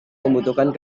membutuhkan